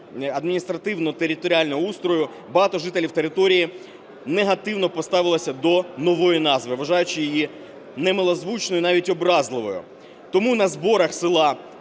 адміністративно-територіального устрою багато жителів території негативно поставились до нової назви, вважаючи її немилозвучною, навіть образливою. Тому на зборах село